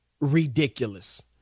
ridiculous